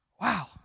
Wow